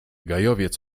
gajowiec